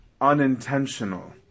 unintentional